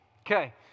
Okay